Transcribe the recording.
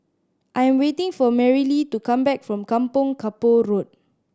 I am waiting for Marilee to come back from Kampong Kapor Road